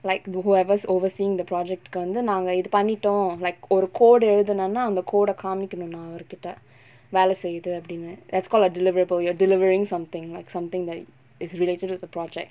like whoever's overseeing the project கு வந்து நாங்க இது பண்ணிட்டோ:ku vanthu naanga ithu pannitto like ஒரு:oru code uh எழுதினோனா அந்த:eluthinonnaa antha code ah காமிக்கனு நா அவர்கிட்ட வேல செய்து அப்புடின்னு:kaamikannu naa avarkitta vela seithu appudinnu that's called a deliverable you're delivering something like something that is related to the project